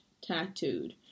tattooed